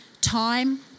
time